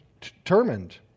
determined